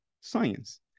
science